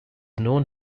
known